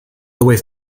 always